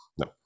no